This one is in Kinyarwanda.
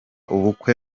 ubukwe